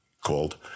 called